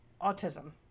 autism